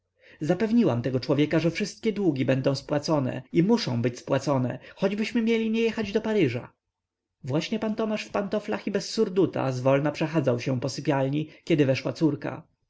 zapewniłam tego człowieka że wszystkie długi będą spłacone i muszą być spłacone choćbyśmy mieli nie jechać do paryża właśnie pan tomasz w pantoflach i bez surduta zwolna przechadzał się po sypialni kiedy weszła córka